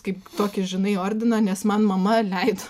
kaip tokį žinai ordiną nes man mama leido